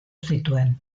zituen